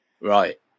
Right